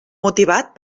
motivat